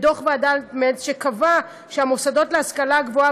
ודוח ועדת מלץ קבע שהמוסדות להשכלה גבוהה